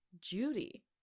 Judy